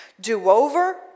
Do-over